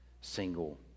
single